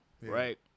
right